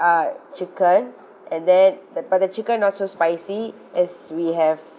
uh chicken and then but the chicken not so spicy as we have